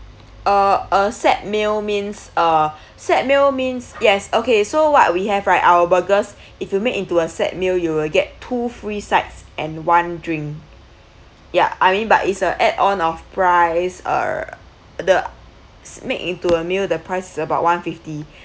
uh uh set meal means uh set meal means yes okay so what we have right our burgers if you make into a set meal you will get two free sides and one drink ya I meant but it's a add on of price ugh the make into a meal the price about one fifty